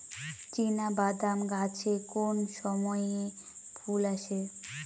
চিনাবাদাম গাছে কোন সময়ে ফুল আসে?